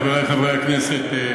חברי חברי הכנסת,